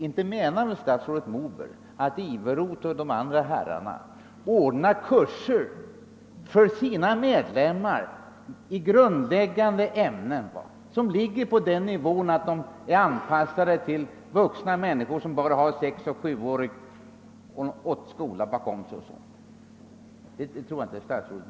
Inte menar väl statsrådet Moberg att direktör Iveroth och de andra herrarna i Industriförbundet ordnar kurser för sina medlemmar i grundläggande ämnen, kurser som ligger på den nivån att de är anpassade till vuxna människor som bara har sexeller sjuårig skola bakom sig?